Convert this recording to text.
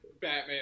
batman